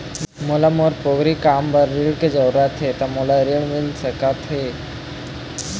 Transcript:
मोला मोर पोगरी काम बर ऋण के जरूरत हे ता मोला ऋण मिल सकत हे?